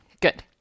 Good